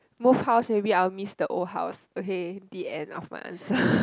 move house already I'll miss the old house okay the end of my answer